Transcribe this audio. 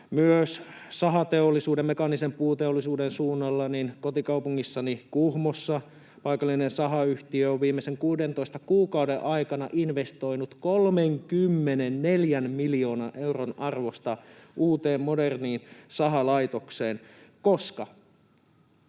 Myös sahateollisuuden, mekaanisen puuteollisuuden, suunnalla kotikaupungissani Kuhmossa paikallinen sahayhtiö on viimeisen 16 kuukauden aikana investoinut 34 miljoonan euron arvosta uuteen moderniin sahalaitokseen, koska